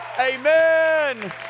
amen